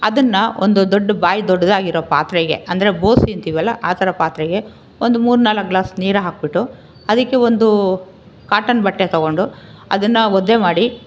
ಅದನ್ನು ಒಂದು ದೊಡ್ಡ ಬಾಯಿ ದೊಡ್ಡದಾಗಿರೊ ಪಾತ್ರೆಗೆ ಅಂದರೆ ಗೋಸಿ ಅಂತೀವಲ್ಲ ಆ ಥರ ಪಾತ್ರೆಗೆ ಒಂದು ಮೂರು ನಾಲ್ಕು ಗ್ಲಾಸ್ ನೀರು ಹಾಕಿಬಿಟ್ಟು ಅದಕ್ಕೆ ಒಂದು ಕಾಟನ್ ಬಟ್ಟೆ ತಗೊಂಡು ಅದನ್ನು ಒದ್ದೆ ಮಾಡಿ